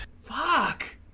Fuck